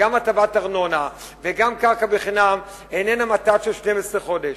גם הטבת ארנונה וגם קרקע חינם איננה מתת של 12 חודש.